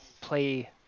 play